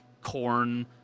corn